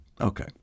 okay